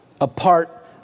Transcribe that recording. apart